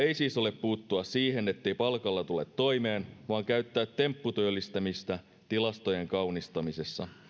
ei siis ole puuttua siihen ettei palkalla tule toimeen vaan käyttää tempputyöllistämistä tilastojen kaunistamisessa